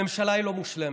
הממשלה לא מושלמת,